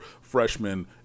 freshman